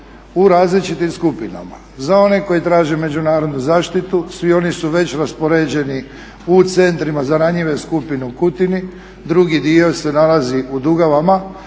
u različitim skupinama za one koji traže međunarodnu zaštitu. Svi oni su već raspoređeni u centrima za ranjive skupine u Kutini, drugi dio se nalazi u Dugavama